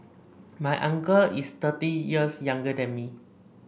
my uncle is thirty years younger than me